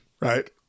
right